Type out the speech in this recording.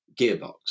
gearbox